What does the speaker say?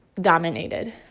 dominated